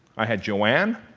i had joanne,